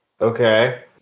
Okay